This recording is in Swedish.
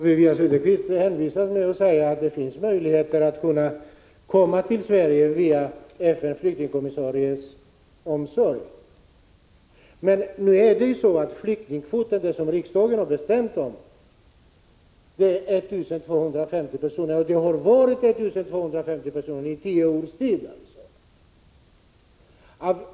Herr talman! Wivi-Anne Cederqvist säger att det finns möjligheter att komma till Sverige genom FN:s flyktingkommissaries försorg. Men den flyktingkvot som riksdagen har fattat beslut om är på 1 250 personer, och så har det varit i tio års tid.